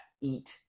eat